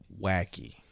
wacky